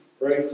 right